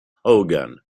hogan